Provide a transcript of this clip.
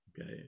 okay